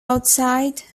outside